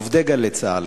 בעובדי "גלי צה"ל",